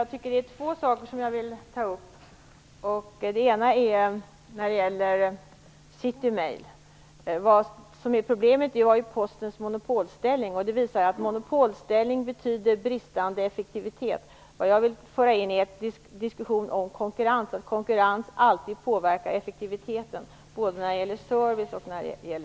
Herr talman! Jag vill ta upp två saker. Den ena gäller Citymail. Problemet var ju Postens monopolställning. Det visar att monopolställning betyder bristande effektivitet. Jag vill föra in en diskussion om konkurrens, att konkurrens alltid påverkar effektiviteten när det gäller både service och ekonomi.